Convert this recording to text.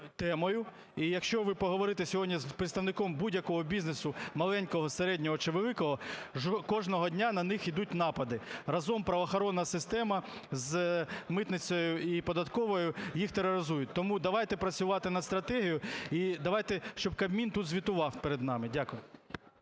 і якщо ви поговорите сьогодні з представником будь-якого бізнесу – маленького, середнього чи великого – кожного дня на них йдуть напади. Разом правоохоронна система з митницею і податковою їх тероризують. Тому давайте працювати над стратегією і давайте, щоб Кабмін тут звітував перед нами. Дякую.